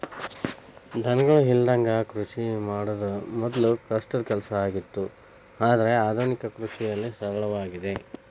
ದನಗಳ ಇಲ್ಲದಂಗ ಕೃಷಿ ಮಾಡುದ ಮೊದ್ಲು ಕಷ್ಟದ ಕೆಲಸ ಆಗಿತ್ತು ಆದ್ರೆ ಆದುನಿಕ ಕೃಷಿಯಲ್ಲಿ ಸರಳವಾಗಿದೆ